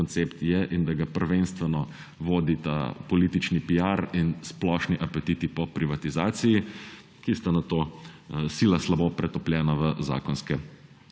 koncept je in da ga prvenstveno vodita politični piar in splošni apetiti po privatizaciji, ki sta nato sila slabo pretopljena v zakonske